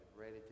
ready